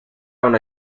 una